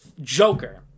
joker